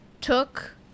took